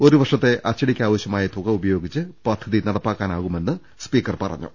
ഒരു വർഷത്തെ അച്ചടിക്കാവശ്യമായ തുക ഉപയോഗിച്ച് പദ്ധതി നടപ്പാക്കാനാവുമെന്നും സ്പീക്കർ പറഞ്ഞു